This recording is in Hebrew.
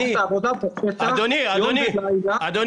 --- עושים את העבודה הקשה יום ולילה כשאתם יודעים --- אדוני,